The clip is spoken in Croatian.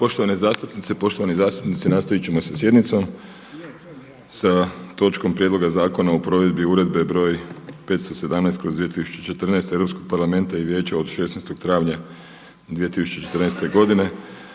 Poštovane zastupnice, poštovani zastupnici! Nastavit ćemo sa sjednicom sa točkom. - Prijedlog zakona o provedbi Uredbe (EU) br. 517/2014 Europskog parlamenta i Vijeća od 16. travnja 2014. o